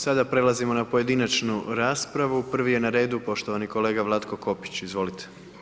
Sada prelazimo na pojedinačnu raspravu, prvi je na redu poštovani kolega Vlatko Kopić, izvolite.